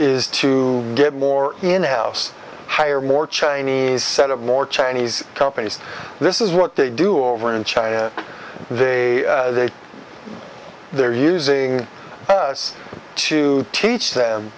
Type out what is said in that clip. is to get more in house hire more chinese set up more chinese companies this is what they do over in china they they they're using us to teach them